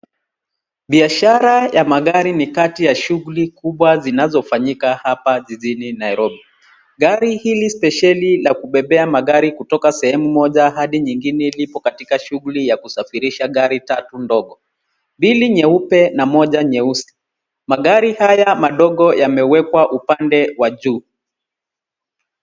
Biashara ya magari ni kati ya shughuli kubwa zinazofanyika hapa jijini Nairobi. Gari hili spesheli la kubebea magari kutoka sehemu moja hadi nyingine lipo katika shughuli ya kusafirisha gari tatu ndogo, mbili nyeupe na moja nyeusi. Magari haya madogo yamewekwa upande wa juu.